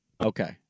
Okay